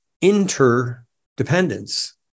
interdependence